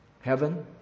heaven